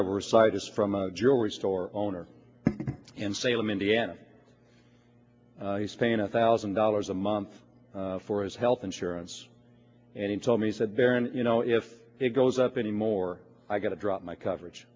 oversight is from a jewelry store owner in salem indiana he's paying a thousand dollars a month for his health insurance and he told me said barron you know if it goes up anymore i got to drop my coverage